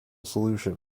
solution